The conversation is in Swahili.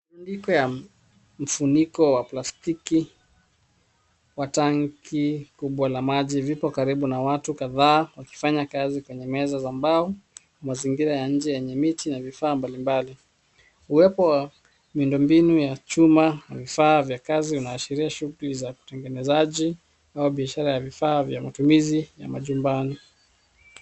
Mfuliko ya Mfuniko wa plastiki wa tanki kubwa la maji vipo karibu na watu kadhaa wakifanya kazi kwenye meza za mbao. Mazingira ya nje yenye miti ya vifaa mbalimbali. Uwepo wa miundombinu ya chuma, vifaa vya kazi unawasilishwa utengenezaji au biashara ya vifaa vya matumizi ya majumbani.